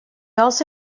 also